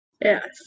Yes